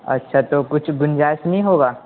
اچھا تو کچھ گنجائش نہیں ہوگا